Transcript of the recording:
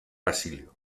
basilio